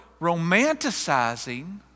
romanticizing